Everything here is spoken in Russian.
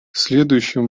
следующим